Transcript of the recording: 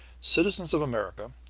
citizens of america,